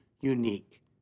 unique